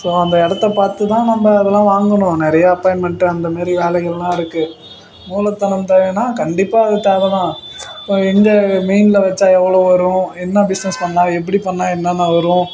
so அந்த இடத்தப் பார்த்து தான் நம்ம அதெல்லாம் வாங்கணும் நிறைய அப்பாயின்மெண்ட்டு அந்த மாரி வேலைகள்லாம் இருக்குது மூலத்தனம் தேவைன்னா கண்டிப்பாக அது தேவை தான் இப்போ எங்க மெயின்ல வச்சா எவ்வளோ வரும் என்ன பிஸ்னஸ் பண்ணால் எப்படி பண்ணால் என்னென்ன வரும்